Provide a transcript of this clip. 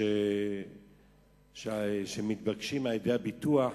מה שמתבקש על-ידי הביטוח,